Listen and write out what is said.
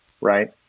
Right